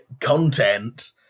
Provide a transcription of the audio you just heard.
content